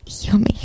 yummy